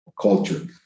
culture